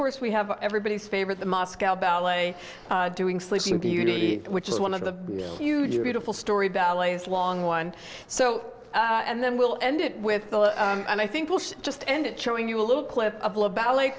course we have everybody's favorite the moscow ballet doing sleeping beauty which is one of the huge beautiful story ballets long one so and then we'll end it with and i think we'll just end it showing you a little clip of la ballet